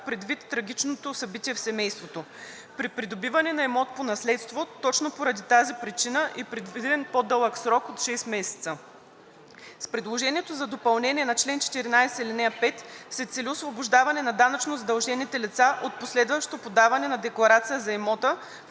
предвид трагичното събитие в семейството. При придобиване на имот по наследство точно поради тази причина е предвиден по-дълъг срок – от шест месеца. С предложението за допълнение на чл. 14, ал. 5 се цели освобождаване на данъчно задължените лица от последващо подаване на декларация за имота